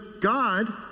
God